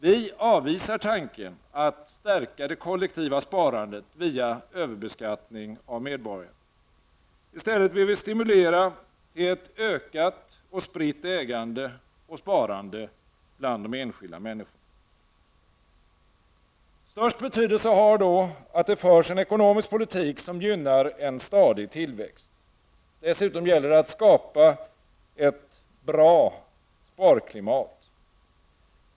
Vi avvisar tanken att stärka det kollektiva sparandet via överbeskattning av medborgarna. I stället vill vi stimulera till ett ökat och spritt ägande och sparande bland de enskilda människorna. Störst betydelse har då att det förs en ekonomisk politik som gynnar en stadig tillväxt. Dessutom gäller det att skapa ett bra sparklimat.